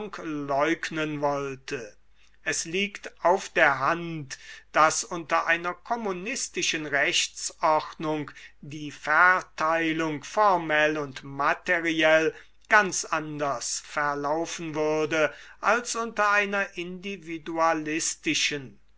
leugnen wollte es liegt auf der hand daß unter einer kommunistischen rechtsordnung die verteilung formell und materiell ganz anders verlaufen würde ßls unter einer individualistischen